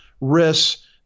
risks